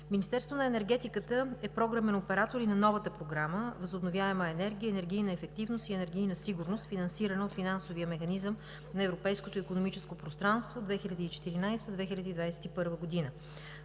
Министерството на енергетиката е програмен оператор и на новата Програма „Възобновяема енергия, енергийна ефективност и енергийна сигурност“, финансирана от Финансовия механизъм на Европейското икономическо пространство 2014 – 2021 г.